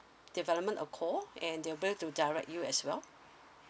development a call and they're willing to direct you as well